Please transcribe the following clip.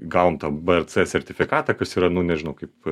gavom tą vrc sertifikatą kas yra nu nežinau kaip